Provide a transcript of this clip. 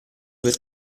per